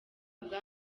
bwa